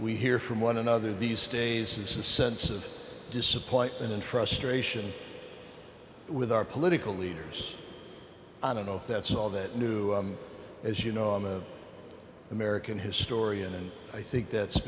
we hear from one another these days is a sense of disappointment and frustration with our political leaders i don't know if that's all that new as you know i'm an american historian and i think that's